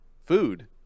food